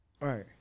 right